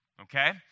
okay